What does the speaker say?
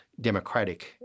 democratic